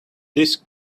this